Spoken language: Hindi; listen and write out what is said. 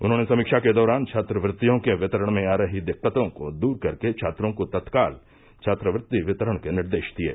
उन्होंने समीक्षा के दौरान छात्रवृत्तियों के वितरण में आ रही दिक्कतों को दूर करके छात्रों को तत्काल छात्रवृत्ति वितरण के निर्देश दिये